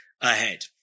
ahead